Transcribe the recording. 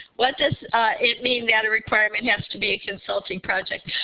what does it mean that a requirement has to be a consulting project?